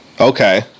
Okay